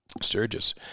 sturgis